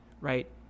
right